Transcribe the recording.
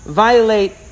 violate